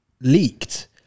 leaked